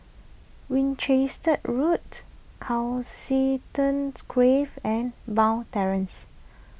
Winchester Road Grove and Bond Terrace